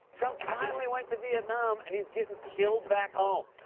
trump finally went to vietnam, and he's getting killed back home.